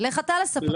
לך אתה לספקים.